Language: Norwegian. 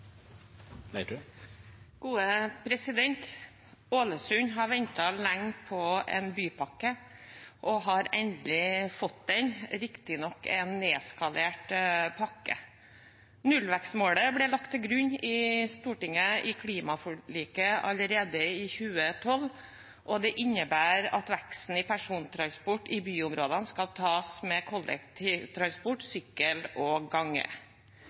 i dag. Ålesund har ventet lenge på en bypakke og har endelig fått den – riktignok en nedskalert pakke. Nullvekstmålet ble lagt til grunn i Stortinget i klimaforliket allerede i 2012, og det innebærer at veksten i persontransport i byområdene skal tas med kollektivtransport, sykkel og gange.